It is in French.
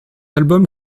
album